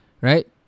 Right